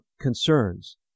concerns